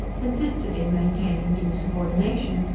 consisted in maintaining due subordination,